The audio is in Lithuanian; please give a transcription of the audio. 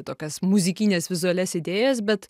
tokias muzikines vizualias idėjas bet